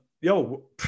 yo